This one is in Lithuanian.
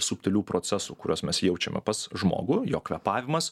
subtilių procesų kuriuos mes jaučiame pas žmogų jo kvėpavimas